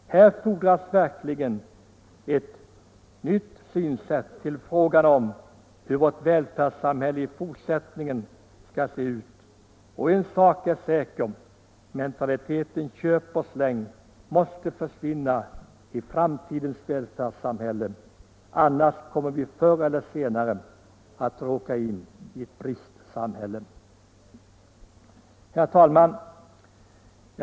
Här fordras verkligen ett nytt synsätt på hur vårt välfärdssamhälle i fortsättningen skall se ut. Och en sak är säker, mentaliteten ”köp-slit-och-släng” måste försvinna i framtidens välfärdssamhälle. Annars kommer vi förr eller senare att råka in i ett bristsamhälle. Herr talman!